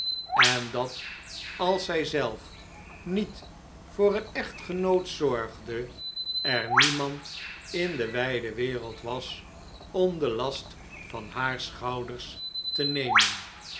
en dat als zij zelf niet voor een echtgenoot zorgde er niemand in de wijde wereld was om den last van haar schouders te nemen